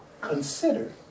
consider